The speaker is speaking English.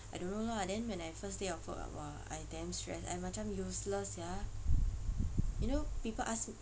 I don't know lah then when I first day of work ah !wah! I damn stressed I macam useless sia you know people ask me